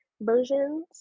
versions